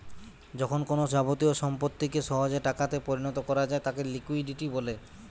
যখন কোনো যাবতীয় সম্পত্তিকে সহজে টাকাতে পরিণত করা যায় তাকে লিকুইডিটি বলতিছে